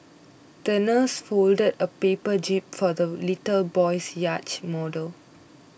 the nurse folded a paper jib for the little boy's yacht model